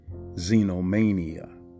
Xenomania